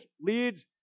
leads